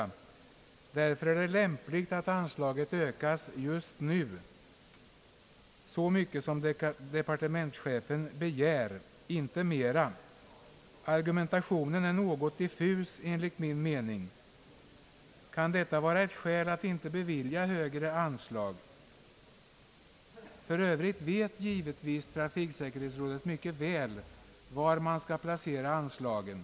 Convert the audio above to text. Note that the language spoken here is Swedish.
Det är därför lämpligt, anser utskottet, att anslaget ökas just så mycket som departementschefen begär — inte mera. Argumentationen är något diffus enligt min mening. Kan detta vara ett skäl att inte bevilja högre anslag? För övrigt vet givetvis trafiksäkerhetsrådet mycket väl var man skall placera anslagen.